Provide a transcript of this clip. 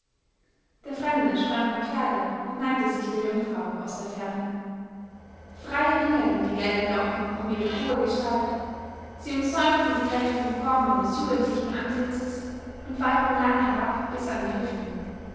der fremde sprang vom pferde und neigte sich der jungfrau aus der ferne frei ringelten die gelben locken um ihre hohe gestalt sie umsäumten die kräftigen formen des jugendlichen antlitzes und wallten lang herab bis an die hüften